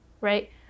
right